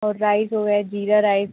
और राइज़ हो गए जीरा राइज़